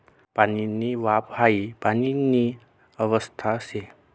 पाणीनी वाफ हाई पाणीनी अवस्था शे